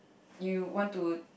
you want to